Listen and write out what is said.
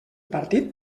partit